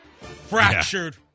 fractured